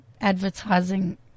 advertising